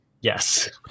Yes